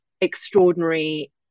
extraordinary